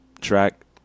track